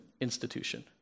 institution